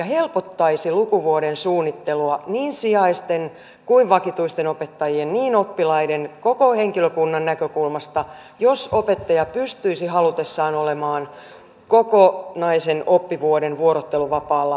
helpottaisi lukuvuoden suunnittelua niin sijaisten kuin vakituisten opettajien ja niin oppilaiden kuin koko henkilökunnan näkökulmasta jos opettaja pystyisi halutessaan olemaan kokonaisen oppivuoden vuorotteluvapaalla